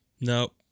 No